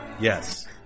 Yes